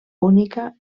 única